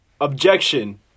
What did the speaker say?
Objection